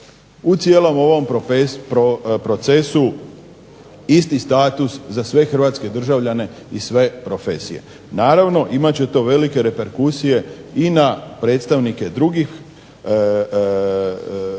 u cijelom ovom procesu isti status za sve hrvatske državljane i sve profesije. Naravno imat će to velike reperkusije i na predstavnike dugih stranih